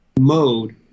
mode